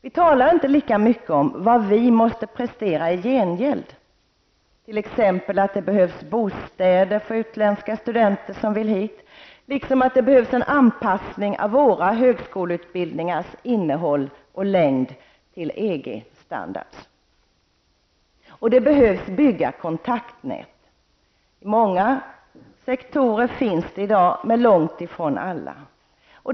Vi talar inte lika mycket om vad vi måste prestera i gengäld, t.ex. att det behövs bostäder för utländska studenter som vill hit, liksom att det behövs en anpassning av våra högskoleutbildningars innehåll och längd till EG Det behöver byggas kontaktnät. I många sektorer finns det i dag men långt ifrån i alla.